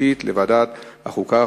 לוועדת החוקה,